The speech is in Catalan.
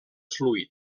fluid